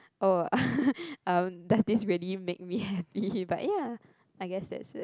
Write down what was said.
oh uh does this really make me happy but ya I guess that's it